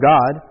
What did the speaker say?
God